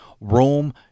Rome